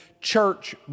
church